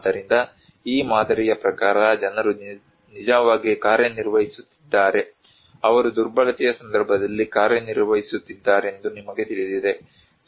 ಆದ್ದರಿಂದ ಈ ಮಾದರಿಯ ಪ್ರಕಾರ ಜನರು ನಿಜವಾಗಿ ಕಾರ್ಯನಿರ್ವಹಿಸುತ್ತಿದ್ದಾರೆ ಅವರು ದುರ್ಬಲತೆಯ ಸಂದರ್ಭದಲ್ಲಿ ಕಾರ್ಯನಿರ್ವಹಿಸುತ್ತಿದ್ದಾರೆಂದು ನಿಮಗೆ ತಿಳಿದಿದೆ